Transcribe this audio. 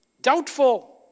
Doubtful